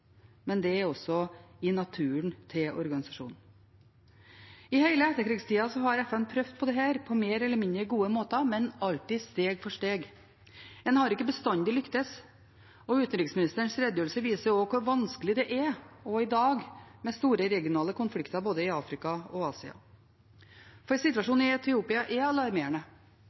men det er også i naturen til organisasjonen. I hele etterkrigstida har FN prøvd på dette på mer eller mindre gode måter, men alltid steg for steg. En har ikke bestandig lyktes, og utenriksministerens redegjørelse viser også hvor vanskelig det er i dag, med store regionale konflikter i både Afrika og Asia. Situasjonen i Etiopia er alarmerende.